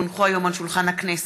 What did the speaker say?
כי הונחו היום על שולחן הכנסת,